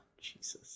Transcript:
Jesus